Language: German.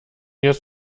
jetzt